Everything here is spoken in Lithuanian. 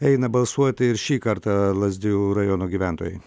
eina balsuoti ir šį kartą lazdijų rajono gyventojai